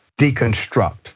deconstruct